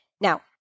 Now